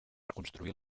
reconstruir